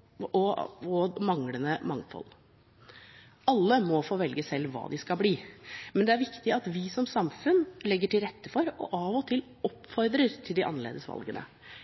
enkelte og manglende mangfold. Alle må få velge selv hva de skal bli, men det er viktig at vi som samfunn legger til rette for og av og til oppfordrer til de annerledes valgene.